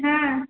ହଁ